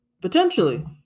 Potentially